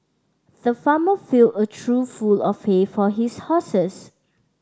the farmer filled a trough full of hay for his horses